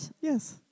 Yes